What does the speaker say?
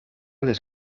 les